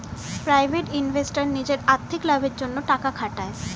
private investor নিজের আর্থিক লাভের জন্যে টাকা খাটায়